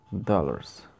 dollars